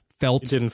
felt